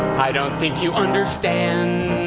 i don't think you understand.